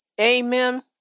Amen